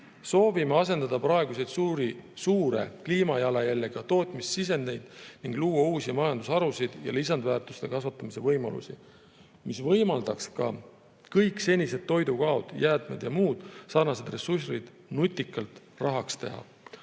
Soovime asendada praeguseid suure kliimajalajäljega tootmissisendeid ning luua uusi majandusharusid ja lisandväärtuse kasvatamise võimalusi, mis võimaldaks ka kõik senised toidujäätmed ja muud sarnased ressursid nutikalt rahaks teha.